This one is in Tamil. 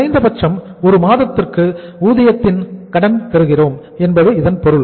குறைந்தபட்சம் 1 மாதத்திற்கு ஊதியத்தின் கடன் பெறுகிறோம் என்பது இதன் பொருள்